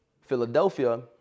Philadelphia